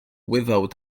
without